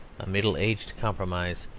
a middle-aged compromise,